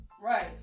Right